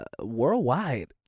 worldwide